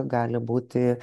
gali būti